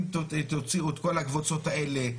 אם תוציאו את כל הקבוצות האלה,